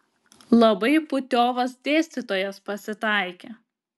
labai putiovas dėstytojas pasitaikė